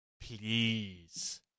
Please